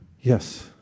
Yes